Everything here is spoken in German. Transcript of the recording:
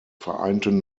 vereinten